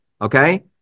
okay